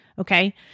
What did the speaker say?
Okay